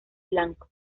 blanco